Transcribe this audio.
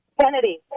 Kennedy